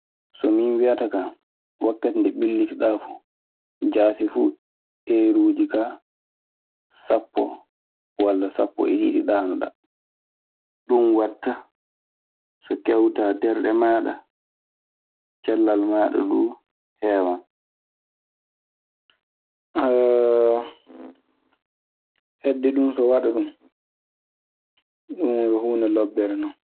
So min wiyata kaa, wakkati nde millitiɗaa fuu, jaasi fuu eeruuji kaa, sappo walla sappo e ɗiɗi ɗaanoɗaa. Ɗun waɗta so kewtaa terɗe maaɗa. Cellal maaɗa duu heewan. Heɓde ɗun so waɗa ɗun, ɗun yo huunde lobbere non.